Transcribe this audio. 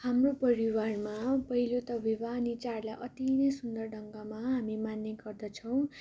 हाम्रो परिवारमा पहिलो त विवाह अनि चारलाई अति नै सुन्दर ढङ्गमा हामी मान्ने गर्दछौँ